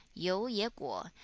you ye guo,